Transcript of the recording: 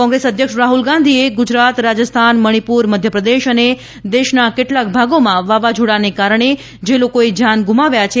કોંગ્રેસ અધ્યક્ષ રાહલ ગાંધીએ ગુજરાત રાજસ્થાન મણિપુર મધ્યપ્રદેશ અને દેશના કેટલાક ભાગોમાં વાવાઝોડાને કારણે જે લોકોએ જાન ગુમાવ્યા છે